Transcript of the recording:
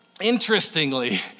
Interestingly